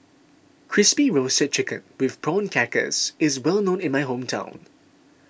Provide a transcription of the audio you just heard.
Crispy Roasted Chicken with Prawn Crackers is well known in my hometown